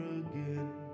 again